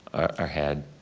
or had,